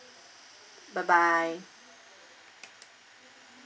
bye bye